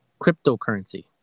cryptocurrency